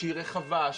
רחבה,